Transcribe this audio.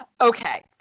Okay